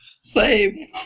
Save